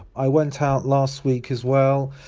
i went out last week, as well,